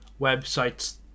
websites